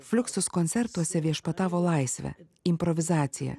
fliuksus koncertuose viešpatavo laisvė improvizacija